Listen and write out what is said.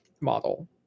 model